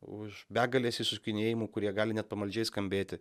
už begalės išsisukinėjimų kurie gali net pamaldžiai skambėti